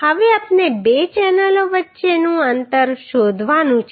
હવે આપણે બે ચેનલો વચ્ચેનું અંતર શોધવાનું છે